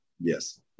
Yes